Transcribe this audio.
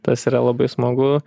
tas yra labai smagu